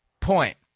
point